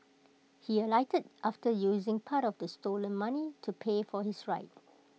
he alighted after using part of the stolen money to pay for his ride